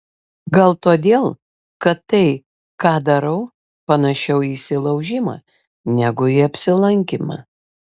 gal todėl kad tai ką darau panašiau į įsilaužimą negu į apsilankymą